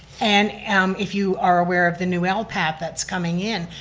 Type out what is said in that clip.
and um if you are aware of the new lpat that's coming in,